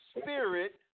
Spirit